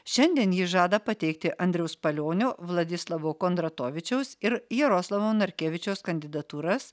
šiandien ji žada pateikti andriaus palionio vladislavo kondratavičiaus ir jaroslavo narkevičiaus kandidatūras